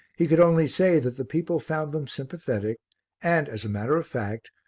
he could only say that the people found them sympathetic and, as a matter of fact,